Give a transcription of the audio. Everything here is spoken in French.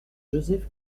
joseph